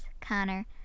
Connor